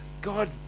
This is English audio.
God